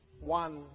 One